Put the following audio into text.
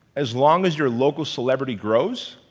as long as your local celebrity grows,